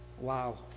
Wow